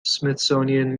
smithsonian